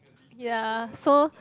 ya so